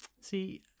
see